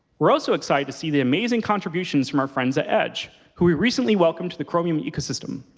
we're also excited to see the amazing contributions from our friends at edge, who we recently welcomed to the chromium ecosystem.